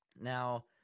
now